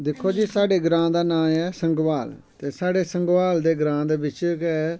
दिक्खो जी साढ़े ग्रांऽ दा नांऽ ऐ संगोआल ते साढ़े संगोआल ग्रांऽ दै बिच्च गै